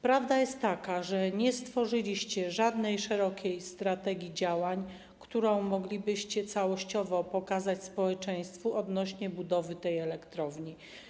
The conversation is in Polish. Prawda jest taka, że nie stworzyliście żadnej szerokiej strategii działań, którą moglibyście całościowo pokazać społeczeństwu, odnośnie do budowy tej elektrowni.